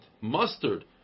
mustard